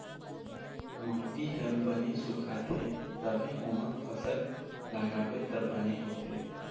माटी ह बने सुखाथे तभे ओमा फसल लगाबे त बने होथे